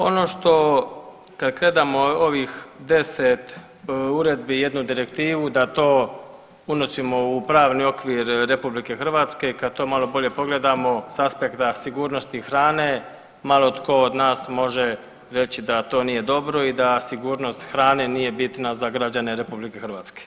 Ono što kad gledamo ovih 10 uredbi i jednu direktivu da to unosimo u pravni okvir RH, kad to malo bolje pogledamo s aspekta sigurnosti hrane malo tko od nas može reći da to nije dobro i da sigurnost hrane nije bitna za građane RH.